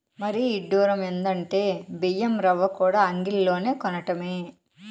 మరీ ఇడ్డురం ఎందంటే బియ్యం రవ్వకూడా అంగిల్లోనే కొనటమే